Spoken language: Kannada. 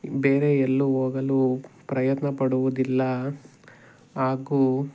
ಬೇರೆ ಎಲ್ಲೂ ಹೋಗಲು ಪ್ರಯತ್ನಪಡುವುದಿಲ್ಲ ಹಾಗೂ